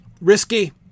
risky